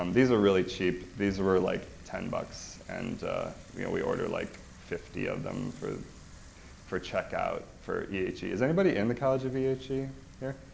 um these are really cheap, these were like ten bucks and you know we order like fifty of them for for check out for ehe. is anybody in the college of ehe here?